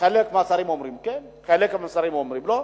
חלק מהשרים אומרים כן, חלק מהשרים אומרים לא.